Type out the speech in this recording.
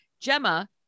Gemma